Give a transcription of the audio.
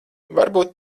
varbūt